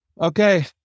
Okay